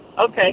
Okay